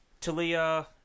Talia